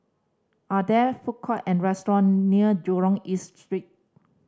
are there food court and restaurant near Jurong East Street